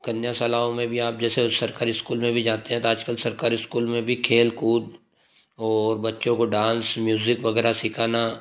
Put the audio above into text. कन्याशालाओं में भी आप जैसे सरकारी इस्कूल में भी जाते हैं तो आज कल सरकारी इस्कूल में भी खेलकूद और बच्चों को डांस म्यूज़िक वगैरह सिखाना